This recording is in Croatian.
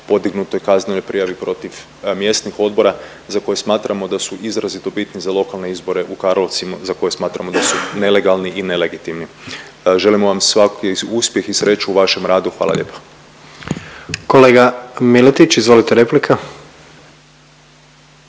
podignutoj kaznenoj prijavi protiv mjesnih odbora za koje smatramo da su izrazito bitni za lokalne izbore u Karlovcu za koje smatramo da su nelegalni i nelegitimni. Želimo vam svaki uspjeh i sreću u vašem radu. Hvala lijepa. **Jandroković, Gordan